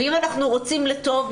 אם אנחנו רוצים לטוב,